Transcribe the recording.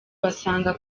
basanga